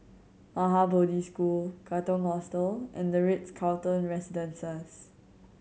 Maha Bodhi School Katong Hostel and The Ritz Carlton Residences